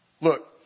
Look